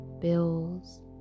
Bills